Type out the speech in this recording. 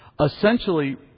essentially